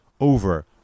over